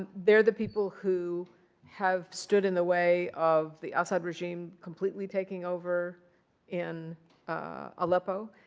they're the people who have stood in the way of the assad regime completely taking over in aleppo.